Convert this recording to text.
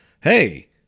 hey